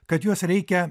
kad juos reikia